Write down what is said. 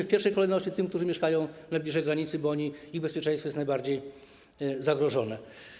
W pierwszej kolejności służą Polakom, którzy mieszkają najbliżej granicy, bo ich bezpieczeństwo jest najbardziej zagrożone.